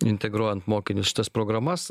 integruojant mokinius į tas programas